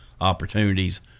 opportunities